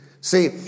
See